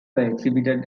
exhibited